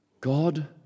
God